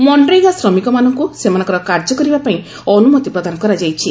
ମନରେଗା ଶ୍ରମିକମାନଙ୍କୁ ସେମାନଙ୍କର କାର୍ଯ୍ୟ କରିବା ପାଇଁ ଅନୁମତି ପ୍ରଦାନ କରାଯାଇଛି